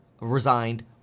resigned